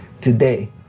today